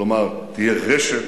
כלומר, תהיה רשת.